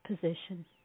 position